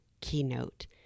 keynote